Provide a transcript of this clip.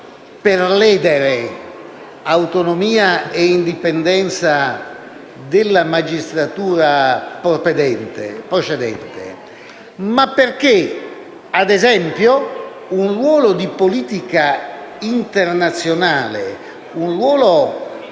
per ledere autonomia e indipendenza della magistratura procedente, ma perché, ad esempio, un ruolo di politica internazionale, un ruolo